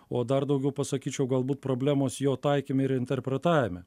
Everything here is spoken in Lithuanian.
o dar daugiau pasakyčiau galbūt problemos jo taikyme ir interpretavime